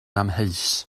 amheus